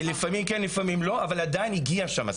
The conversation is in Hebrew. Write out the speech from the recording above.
לפעמים כן ולפעמים לא, אבל עדיין הגיע שם.